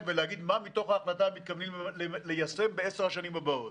ולהגיד מה מתוך ההחלטה הם מתכוונים ליישם בעשר השנים הבאות.